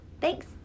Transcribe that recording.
Thanks